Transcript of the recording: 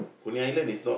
Coney-Island is not